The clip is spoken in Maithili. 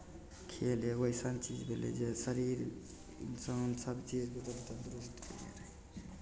खेल एगो अइसन चीज भेलै जे शरीर इंसान सभ चीजके एकदम तन्दुरुस्त रहै छै